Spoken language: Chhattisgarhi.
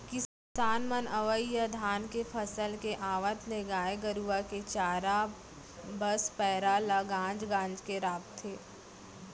किसान मन अवइ या धान के फसल के आवत ले गाय गरूवा के चारा बस पैरा ल गांज गांज के रखथें